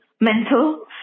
mental